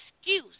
excuse